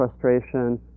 frustration